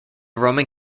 roman